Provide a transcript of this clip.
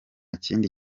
kindi